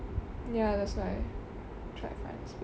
ya that's why try to find a space